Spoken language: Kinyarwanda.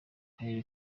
karere